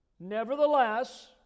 Nevertheless